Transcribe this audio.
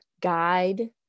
guide